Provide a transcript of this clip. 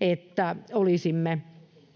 että olisimme valmiita